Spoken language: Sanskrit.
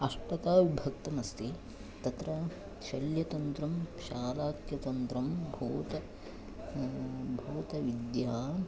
अष्टधा विभक्तमस्ति तत्र शल्यतन्त्रं शालक्यतन्त्रं भूत भूतविद्या